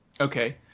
Okay